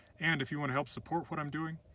and if you want to help support what i'm doing,